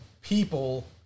people